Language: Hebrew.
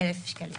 1,000 שקלים.